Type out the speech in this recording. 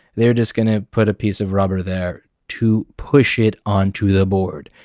they're just going to put a piece of rubber there to push it onto the board.